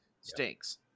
stinks